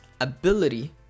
ability